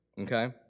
Okay